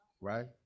Right